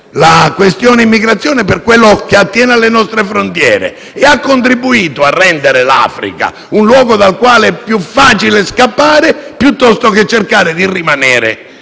la questione dell'immigrazione, per quanto attiene alle nostre frontiere, e ha altresì contribuito a rendere l'Africa un luogo dal quale è più facile scappare piuttosto che cercare di rimanere